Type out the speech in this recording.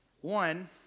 One